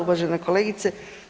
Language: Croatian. Uvažena kolegice.